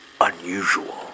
Unusual